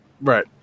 right